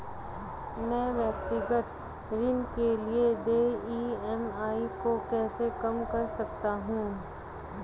मैं व्यक्तिगत ऋण के लिए देय ई.एम.आई को कैसे कम कर सकता हूँ?